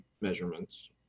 measurements